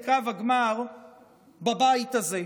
לקו הגמר בבית הזה.